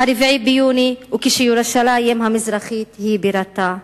ה-4 ביוני, וכשירושלים המזרחית היא בירתה.